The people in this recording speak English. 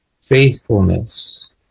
faithfulness